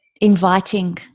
inviting